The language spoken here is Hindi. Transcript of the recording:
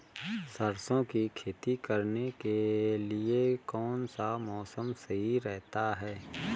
सरसों की खेती करने के लिए कौनसा मौसम सही रहता है?